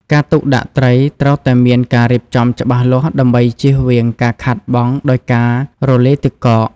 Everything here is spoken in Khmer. ការទុកដាក់ត្រី ត្រូវតែមានការរៀបចំច្បាស់លាស់ដើម្បីជៀសវាងការខាតបង់ដោយសារការរលាយទឹកកក។